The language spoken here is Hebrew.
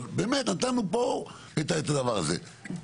אבל באמת נתנו פה את הדבר הזה,